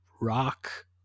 rock